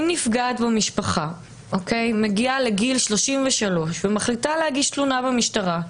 אם נפגעת במשפחה מגיעה לגיל 33 ומחליטה להגיש תלונה במשטרה,